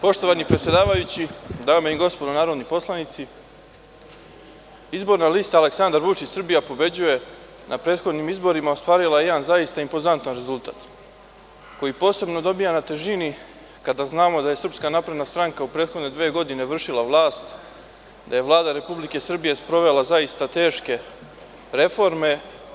Poštovani predsedavajući, dame i gospodo narodni poslanici, izborna lista Aleksandar Vučić – Srbija pobeđuje na prethodnim izborima je ostvarila jedan zaista impozantan rezultat koji posebno dobija na težini kada znamo da je SNS u prethodne dve godine vršila vlast, da je Vlada RS sprovela zaista teške reforme.